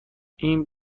این